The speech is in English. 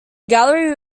gallery